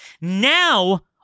Now